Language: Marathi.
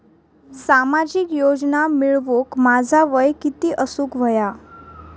सामाजिक योजना मिळवूक माझा वय किती असूक व्हया?